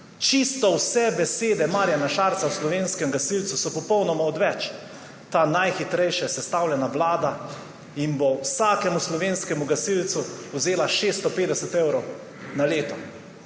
Čisto vse besede Marjana Šarca slovenskemu gasilcu so popolnoma odveč. Ta najhitrejše sestavljena vlada bo vsakemu slovenskemu gasilcu vzela 650 evrov na leto.